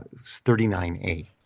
39A